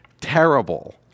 terrible